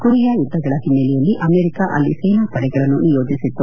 Korea ಯುದ್ದಗಳ ಹಿನ್ನೆಲೆಯಲ್ಲಿ America ಅಲ್ಲಿ ಸೇನಾಪಡೆಗಳನ್ನು ನಿಯೋಜಿಸಿತ್ತು